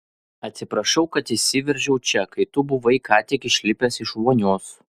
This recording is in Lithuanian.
atsiprašau kad įsiveržiau čia kai tu buvai ką tik išlipęs iš vonios